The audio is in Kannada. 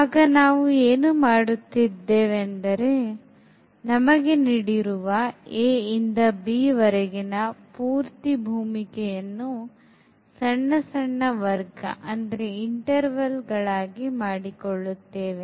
ಆಗ ನಾವು ಏನು ಮಾಡುತ್ತಿದ್ದೆವೆಂದರೆ ನಮಗೆ ನೀಡಿರುವ a ಇಂದ b ವರೆಗಿನ ಪೂರ್ತಿ ಭೂಮಿಕೆಯನ್ನು ಸಣ್ಣ ಸಣ್ಣ ವರ್ಗಗಳಾಗಿ ಮಾಡಿಕೊಳ್ಳುತ್ತೇವೆ